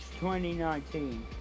2019